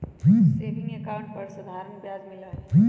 saving account पर साधारण ब्याज मिला हई